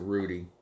Rudy